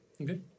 Okay